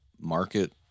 market